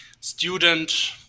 student